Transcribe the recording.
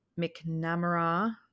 McNamara